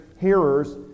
hearers